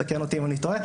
תקן אותי אם אני טועה.